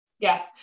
Yes